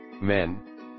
Men